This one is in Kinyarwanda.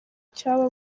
cy’aba